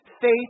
faith